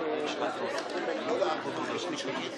ועדת הכספים הזמנית",